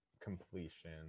completion